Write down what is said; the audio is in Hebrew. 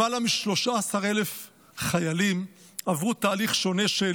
יותר מ-13,000 חיילים עברו תהליך שונה, של